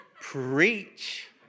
Preach